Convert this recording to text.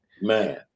Man